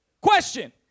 Question